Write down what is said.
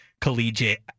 collegiate